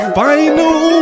final